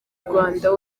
rwanda